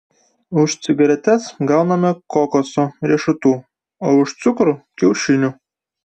už cigaretes gauname kokoso riešutų o už cukrų kiaušinių